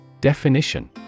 Definition